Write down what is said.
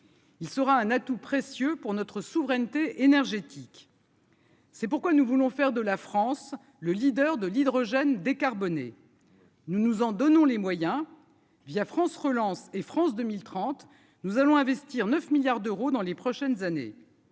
il sera un atout précieux pour notre souveraineté énergétique. C'est pourquoi nous voulons faire de la France, le leader de l'hydrogène décarboné nous nous en donnons les moyens via France relance et France 2030, nous allons investir 9 milliards d'euros dans les prochaines années,